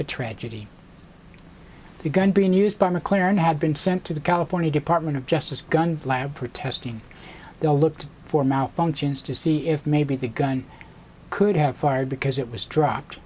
the tragedy of the gun being used by mclaren had been sent to the california department of justice gun lab for testing they all looked for malfunctions to see if maybe the gun could have fired because it was dropped